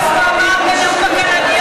גברת לבני, זה מה שהוא אמר,